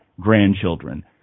grandchildren